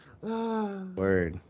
Word